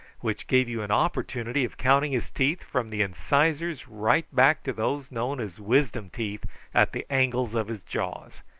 which gave you an opportunity of counting his teeth from the incisors right back to those known as wisdom-teeth at the angles of his jaws.